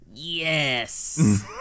Yes